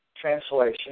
translation